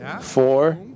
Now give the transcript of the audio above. four